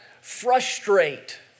frustrate